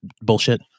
bullshit